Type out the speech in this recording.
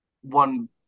one